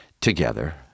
together